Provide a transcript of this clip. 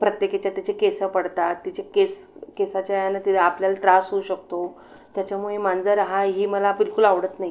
प्रत्येकाच्यात त्याचे केस पडतात त्याचे केस केसाच्या यानं ते आपल्याल् त्रास होऊ शकतो त्याच्यामुळे मांजर हा ही मला बिलकुल आवडत नाही